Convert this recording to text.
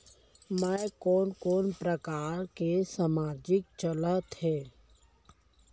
मैं कोन कोन प्रकार के सामाजिक चलत हे?